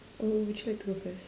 or would you like to go first